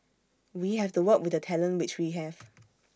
we have to work with the talent which we have